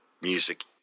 music